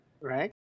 Right